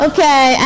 Okay